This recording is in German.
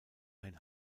ein